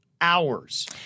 Hours